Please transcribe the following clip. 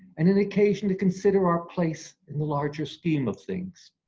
and an occasion to consider our place in the larger scheme of things.